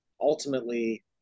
ultimately